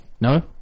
No